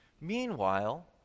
Meanwhile